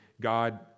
God